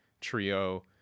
trio